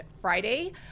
Friday